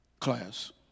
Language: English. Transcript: class